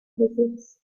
visits